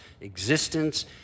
existence